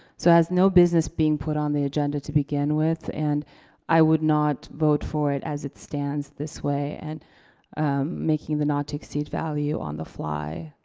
so it has no business being put on the agenda to begin with and i would not vote for it as it stands this way and making the not to exceed value on the fly.